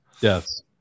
Yes